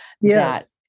Yes